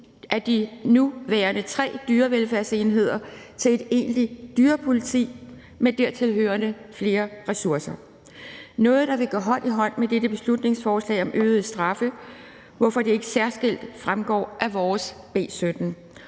af de nuværende tre dyrevelfærdsenheder til et egentlig dyrepoliti med dertil hørende flere ressourcer. Det er noget, der vil gå hånd i hånd med dette beslutningsforslag om øgede straffe, hvorfor det ikke særskilt fremgår af vores B 17.